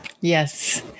Yes